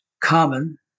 common